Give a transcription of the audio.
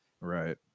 Right